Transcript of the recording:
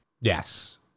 Yes